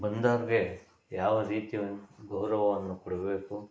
ಬಂದವ್ರಿಗೆ ಯಾವ ರೀತಿಯ ಒಂದು ಗೌರವವನ್ನು ಕೊಡಬೇಕು